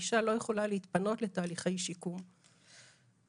אישה לא יכולה להתפנות לתהליכי שיקום במצב שכזה.